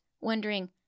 wondering